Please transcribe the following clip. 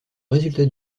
résultat